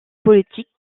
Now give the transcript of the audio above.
politique